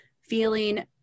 feeling